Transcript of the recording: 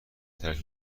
ترک